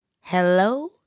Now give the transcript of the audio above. Hello